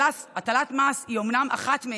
הטלת מס היא אומנם אחד מהם,